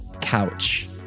couch